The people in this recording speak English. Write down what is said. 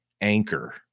anchor